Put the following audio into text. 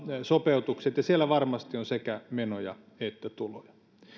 sopeutukset ja siellä varmasti on sekä menoja että tuloja